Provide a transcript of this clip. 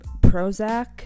Prozac